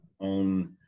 own